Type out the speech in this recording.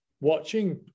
watching